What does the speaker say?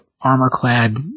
armor-clad